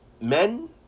men